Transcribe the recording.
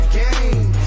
game